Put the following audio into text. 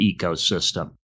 ecosystem